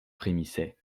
frémissait